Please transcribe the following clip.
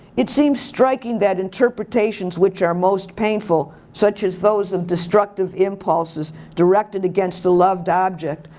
it seems striking that interpretations which are most painful, such as those of destructive impulses directed against a loved object,